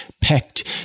pecked